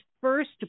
first